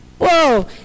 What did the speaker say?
Whoa